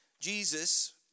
Jesus